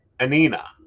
Anina